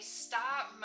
stop